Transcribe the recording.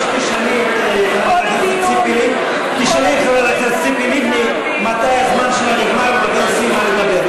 תשאלי את חברת הכנסת ציפי לבני מתי הזמן שלה נגמר ומתי היא סיימה לדבר.